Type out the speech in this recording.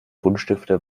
buntstifte